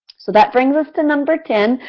so that brings us to number ten.